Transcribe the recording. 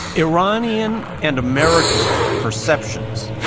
iranian and american perceptions,